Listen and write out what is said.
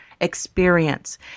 experience